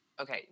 Okay